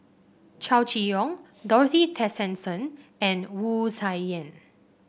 Chow Chee Yong Dorothy Tessensohn and Wu Tsai Yen